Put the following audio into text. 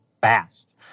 fast